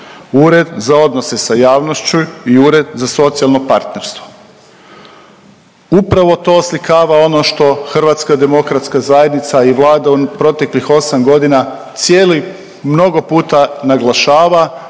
Ured za odnose sa javnošću i Ureda za socijalno partnerstvo. Upravo to oslikava ono što HDZ i Vlada u proteklih 8 godina cijeli mnogo puta naglašava